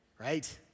right